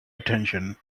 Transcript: attention